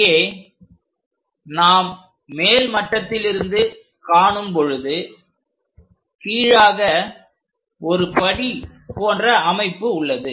இங்கே நாம் மேல் மட்டத்திலிருந்து காணும் பொழுது கீழாக ஒரு படி போன்ற அமைப்பு உள்ளது